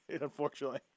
unfortunately